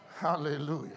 Hallelujah